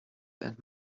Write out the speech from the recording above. and